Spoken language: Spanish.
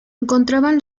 encontraban